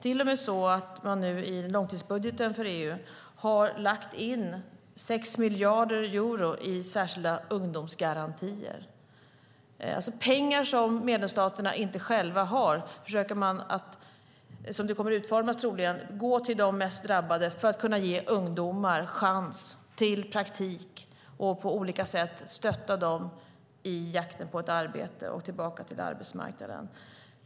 I långtidsbudgeten för EU har man till och med lagt in 6 miljarder euro i särskilda ungdomsgarantier. Pengar som medlemsstaterna själva inte har ska, som det troligen kommer att utformas, gå till de mest drabbade för att därigenom kunna ge ungdomar chans till praktik och på olika sätt stötta dem i jakten på ett arbete så att de kan komma tillbaka till arbetsmarknaden.